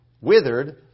withered